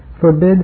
forbid